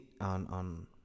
on